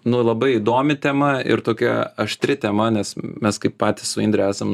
nu labai įdomi tema ir tokia aštri tema nes mes kaip patys su indre esam